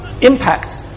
impact